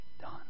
done